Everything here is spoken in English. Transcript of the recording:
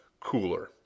cooler